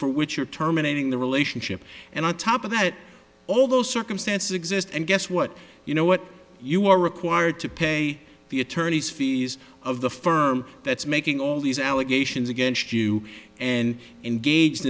for which you're terminating the relationship and on top of that all those circumstances exist and guess what you know what you are required to pay the attorney's fees of the firm that's making all these allegations against you and engaged